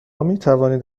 میتوانید